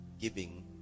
giving